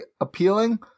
appealing